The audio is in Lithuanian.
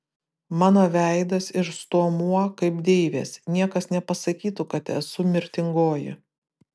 mano veidas ir stuomuo kaip deivės niekas nepasakytų kad esu mirtingoji